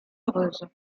heureuse